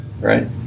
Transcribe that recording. Right